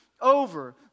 over